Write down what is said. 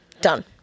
Done